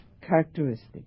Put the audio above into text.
characteristic